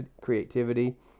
creativity